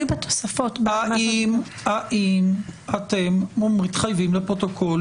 האם אתם מתחייבים לפרוטוקול,